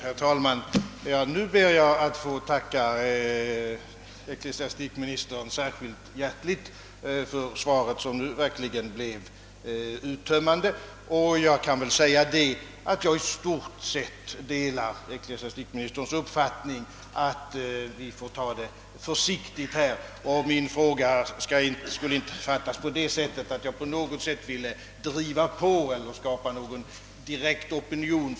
Herr talman! Nu ber jag att få tacka ecklesiastikministern särskilt hjärtligt för svaret, som denna gång verkligen blev uttömmande. I stort sett delar jag ecklesiastikministerns uppfattning att vi här får ta det försiktigt. Min fråga skulle inte fattas så att jag på något sätt ville skapa någon direkt opinion.